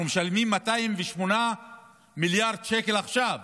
אנחנו משלמים 208 מיליארד שקל עכשיו,